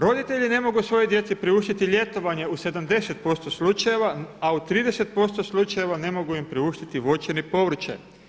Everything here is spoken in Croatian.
Roditelji ne mogu svojoj djeci priuštiti ljetovanje u 70% slučajeva a u 30% slučajeva ne mogu im priuštiti voće ni povrće.